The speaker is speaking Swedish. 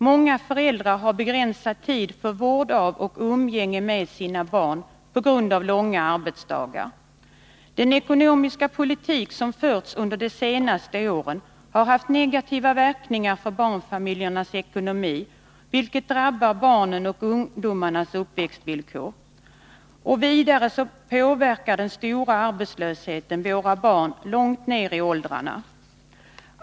Många föräldrar har begränsad tid för vård av och umgänge med sina barn på grund av långa arbetsdagar. Den ekonomiska politik som har förts under de senaste åren har haft negativa verkningar för barnfamiljernas ekonomi, vilket drabbar barnens och ungdomarnas uppväxtvillkor. Vidare påverkar den stora arbetslösheten våra barn långt ner i åldrarna.